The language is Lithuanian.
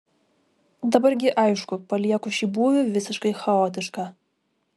dabar gi aišku palieku šį būvį visiškai chaotišką